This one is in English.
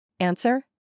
Answer